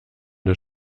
des